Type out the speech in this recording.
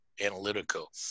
analytical